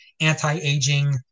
anti-aging